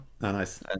nice